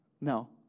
No